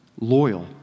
loyal